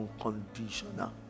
unconditional